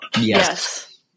Yes